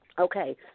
Okay